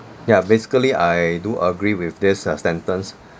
ya basically I do agree with this uh sentence